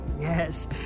Yes